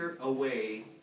away